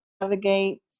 navigate